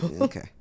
okay